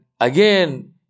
again